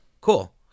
cool